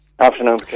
Afternoon